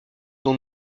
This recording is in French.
dont